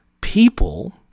people